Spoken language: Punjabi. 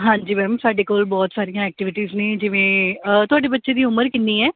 ਹਾਂਜੀ ਮੈਮ ਸਾਡੇ ਕੋਲ ਬਹੁਤ ਸਾਰੀਆਂ ਐਕਟੀਵਿਟੀਜ਼ ਨੇ ਜਿਵੇਂ ਤੁਹਾਡੇ ਬੱਚੇ ਦੀ ਉਮਰ ਕਿੰਨੀ ਹੈ